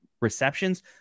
receptions